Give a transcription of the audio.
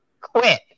quit